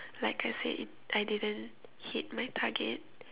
like I said I didn't hit my target